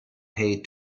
paid